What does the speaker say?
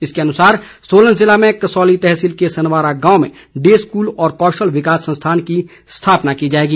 इसके अनुसार सोलन जिले में कसौली तहसील के सनवारा गांव में डे स्कूल और कौशल विकास संस्थान की स्थापना की जाएगी